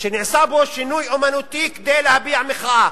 שנעשה בו שינוי אמנותי כדי להביע מחאה,